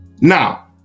Now